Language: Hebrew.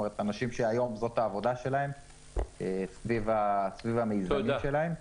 אנשים שהיום זאת העבודה שלהם סביב המיזמים שלהם.